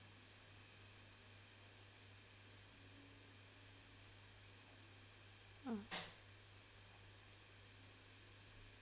ah